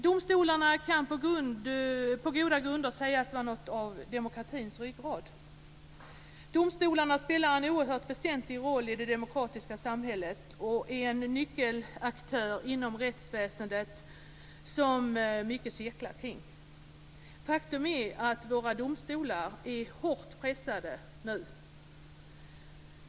Domstolarna kan på goda grunder sägas vara något av demokratins ryggrad. Domstolarna spelar en oerhört väsentlig roll i det demokratiska samhället och är en nyckelaktör inom rättsväsendet som mycket cirklar kring. Faktum är att våra domstolar är hårt pressade nu.